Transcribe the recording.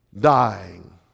dying